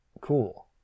cool